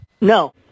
No